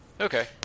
Okay